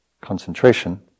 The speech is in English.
concentration